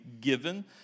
given